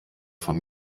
von